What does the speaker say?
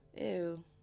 ew